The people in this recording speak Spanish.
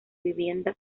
vivienda